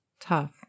tough